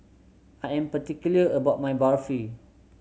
I am particular about my Barfi